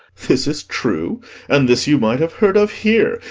this is true and this you might have heard of here,